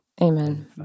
Amen